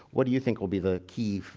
what do you think will be the key?